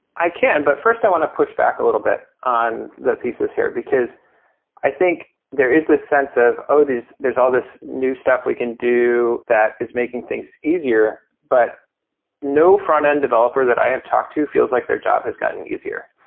i can. but first, i want to push back a little bit on the thesis here. because i think there is this sense of oh, there's all this new stuff we can do that is making things easier. but no front-end developer that i have talked to feels like their job has gotten easier.